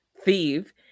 thief